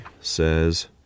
says